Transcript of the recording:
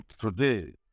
today